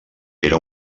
era